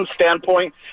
standpoint